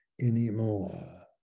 anymore